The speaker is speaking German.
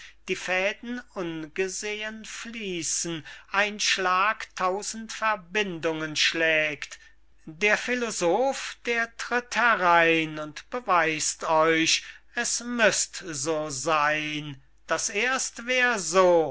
die fäden ungesehen fließen ein schlag tausend verbindungen schlägt der philosoph der tritt herein und beweis't euch es müßt so seyn das erst wär so